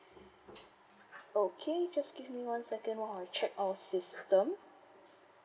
okay just give me one second I will check our system